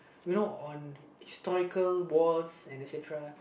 you know on historical wars and etc